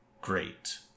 great